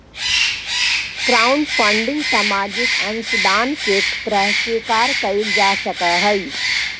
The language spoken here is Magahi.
क्राउडफंडिंग सामाजिक अंशदान के तरह स्वीकार कईल जा सकऽहई